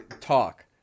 talk